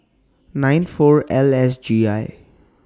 nine four L S G I